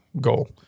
goal